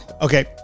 Okay